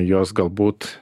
jos galbūt